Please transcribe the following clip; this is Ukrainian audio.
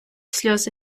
сльози